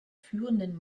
führenden